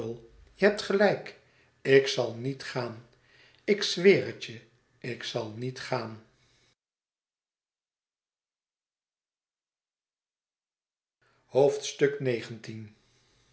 je hebt gelijk ik zal niet gaan ik zweer het je ik zal niet gaan